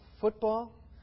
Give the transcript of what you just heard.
football